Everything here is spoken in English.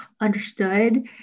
understood